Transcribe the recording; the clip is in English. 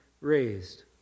raised